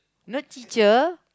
you know teacher